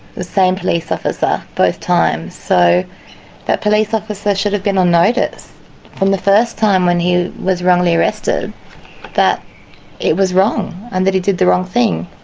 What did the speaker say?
the same police officer both times. so that police officer should have been on notice from the first time when he was wrongly arrested that it was wrong and that he did the wrong thing.